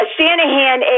Shanahan